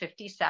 57